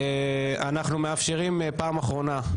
אנחנו מאפשרים פעם אחרונה,